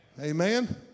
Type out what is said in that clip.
Amen